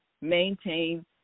maintain